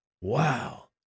Wow